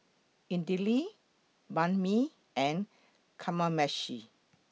Idili Banh MI and Kamameshi